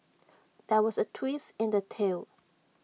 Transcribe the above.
there was A twist in the tale